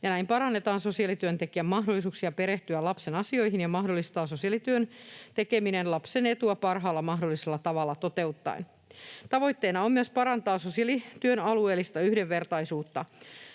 näin parannetaan sosiaalityöntekijän mahdollisuuksia perehtyä lapsen asioihin ja mahdollistaa sosiaalityön tekeminen lapsen etua parhaalla mahdollisella tavalla toteuttaen. Tavoitteena on myös parantaa sosiaalityön alueellista yhdenvertaisuutta.